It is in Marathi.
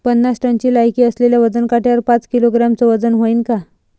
पन्नास टनची लायकी असलेल्या वजन काट्यावर पाच किलोग्रॅमचं वजन व्हईन का?